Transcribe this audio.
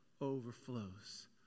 overflows